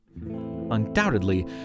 Undoubtedly